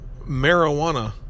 marijuana